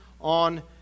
on